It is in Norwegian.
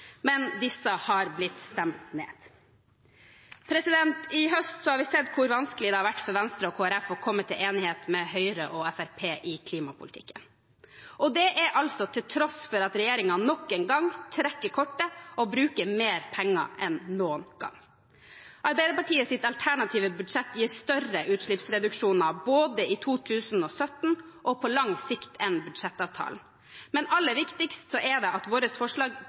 men disse har blitt stemt ned. I høst har vi sett hvor vanskelig det har vært for Venstre og Kristelig Folkeparti å komme til enighet med Høyre og Fremskrittspartiet i klimapolitikken, til tross for at regjeringen nok en gang trekker kortet og bruker mer penger enn noen gang. Arbeiderpartiets alternative budsjett gir større utslippsreduksjoner enn budsjettavtalen, både i 2017 og på lang sikt, men aller viktigst er det at våre forslag